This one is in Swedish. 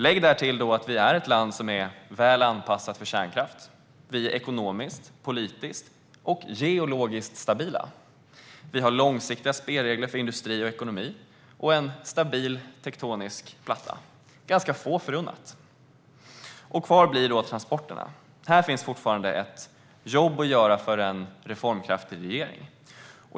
Lägg därtill att vi är ett land som är väl anpassat för kärnkraft. Vi är ekonomiskt, politiskt och geologiskt stabila. Vi har långsiktiga spelregler för industri och ekonomi, och en stabil tektoniskt platta, vilket är ganska få förunnat. Kvar blir då transporterna. Här finns fortfarande ett jobb att göra för en reformkraftig regering.